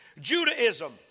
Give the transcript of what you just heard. Judaism